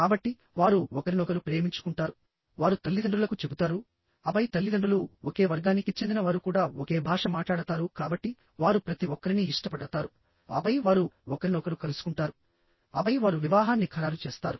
కాబట్టి వారు ఒకరినొకరు ప్రేమించుకుంటారు వారు తల్లిదండ్రులకు చెబుతారు ఆపై తల్లిదండ్రులు ఒకే వర్గాని కి చెందిన వారు కూడా ఒకే భాష మాట్లాడతారు కాబట్టి వారు ప్రతి ఒక్కరినీ ఇష్టపడతారు ఆపై వారు ఒకరినొకరు కలుసుకుంటారు ఆపై వారు వివాహాన్ని ఖరారు చేస్తారు